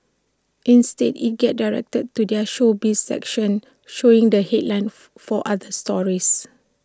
instead IT gets directed to their showbiz section showing the headlines for other stories